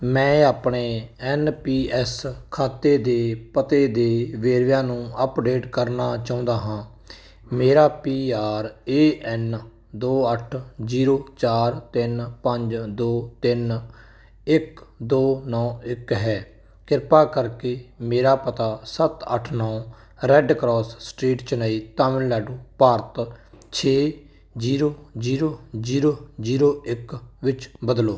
ਮੈਂ ਆਪਣੇ N P S ਖਾਤੇ ਦੇ ਪਤੇ ਦੇ ਵੇਰਵਿਆਂ ਨੂੰ ਅੱਪਡੇਟ ਕਰਨਾ ਚਾਹੁੰਦਾ ਹਾਂ ਮੇਰਾ ਪੀ ਆਰ ਏ ਐੱਨ ਦੋ ਅੱਠ ਜ਼ੀਰੋ ਚਾਰ ਤਿੰਨ ਪੰਜ ਦੋ ਤਿੰਨ ਇੱਕ ਦੋ ਨੌਂ ਇੱਕ ਹੈ ਕਿਰਪਾ ਕਰਕੇ ਮੇਰਾ ਪਤਾ ਸੱਤ ਅੱਠ ਨੌਂ red cross street Chennai Tamil Nadu Bharat ਛੇ ਜ਼ੀਰੋ ਜ਼ੀਰੋ ਜ਼ੀਰੋ ਜ਼ੀਰੋ ਇੱਕ ਵਿੱਚ ਬਦਲੋ